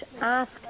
ask